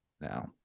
now